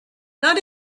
not